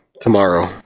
Tomorrow